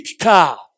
car